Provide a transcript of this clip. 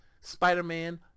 Spider-Man